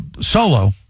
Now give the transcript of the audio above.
solo